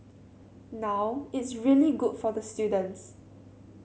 now it's really good for the students